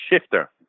shifter